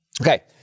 Okay